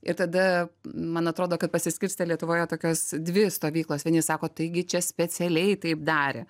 ir tada man atrodo kad pasiskirstė lietuvoje tokios dvi stovyklos vieni sako taigi čia specialiai taip darė